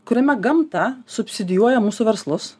kuriame gamta subsidijuoja mūsų verslus